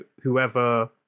whoever